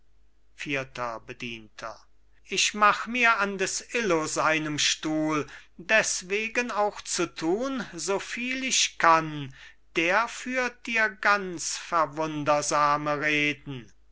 vierter bedienter ich mach mir an des illo seinem stuhl deswegen auch zu tun so viel ich kann der führt dir gar verwundersame reden